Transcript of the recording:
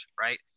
Right